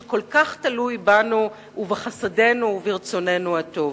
שכל כך תלוי בנו ובחסדינו וברצוננו הטוב.